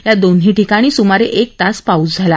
या दोन्ही ठिकाणी सुमारे एक तास पाऊस झाला